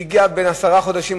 בן עשרה חודשים,